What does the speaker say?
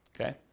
okay